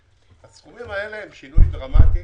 מתכוונים לכך שגם בגדולים אפשר יהיה.